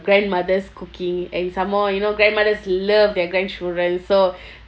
grandmother's cooking and some more you know grandmothers love their grandchildren so